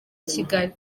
kigali